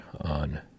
on